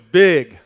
big